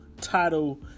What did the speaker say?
title